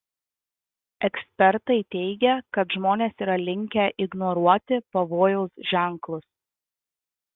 ekspertai teigia kad žmonės yra linkę ignoruoti pavojaus ženklus